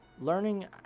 learning